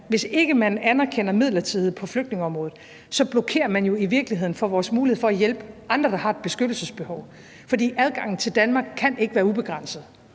hvis ikke man anerkender midlertidighed på flygtningeområdet, så blokerer man jo i virkeligheden for vores mulighed for at hjælpe andre, der har et beskyttelsesbehov. For adgangen til Danmark kan ikke være ubegrænset.